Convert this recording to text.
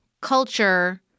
culture